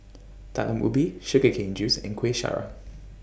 Talam Ubi Sugar Cane Juice and Kuih Syara